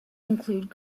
included